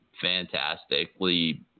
fantastically